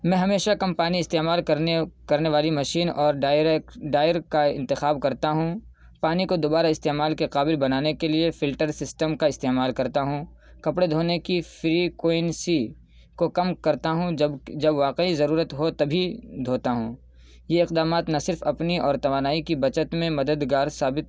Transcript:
میں ہمیشہ کم پانی استعمال کرنے کرنے والی مشین اور ڈائر کا انتخاب کرتا ہوں پانی کو دوبارہ استعمال کے قابل بنانے کے لیے فلٹر سسٹم کا استعمال کرتا ہوں کپڑے دھونے کی فریکوئنسی کو کم کرتا ہوں جب جب واقعی ضرورت ہو تبھی دھوتا ہوں یہ اقدامات نہ صرف اپنی اور توانائی کی بچت میں مددگار ثابت